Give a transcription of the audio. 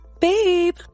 Babe